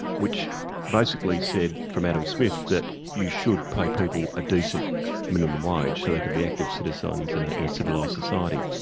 which basically said, from adam smith, that you should pay people a decent minimum wage so they could be active citizens in ah in a civilised society.